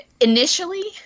initially